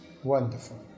Wonderful